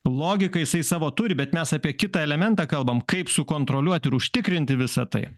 logiką jisai savo turi bet mes apie kitą elementą kalbam kaip sukontroliuot ir užtikrinti visa tai